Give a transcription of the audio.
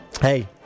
Hey